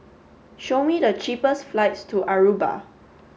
show me the cheapest flights to Aruba